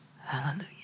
Hallelujah